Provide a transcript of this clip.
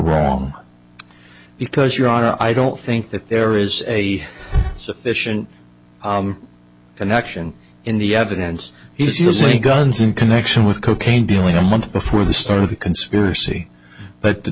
wrong because your honor i don't think that there is a sufficient connection in the evidence he's using guns in connection with cocaine dealing a month before the start of the conspiracy but